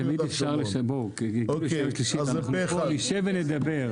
אנחנו עוד נשב ונדבר.